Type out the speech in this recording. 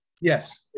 Yes